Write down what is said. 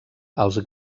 els